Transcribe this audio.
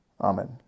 Amen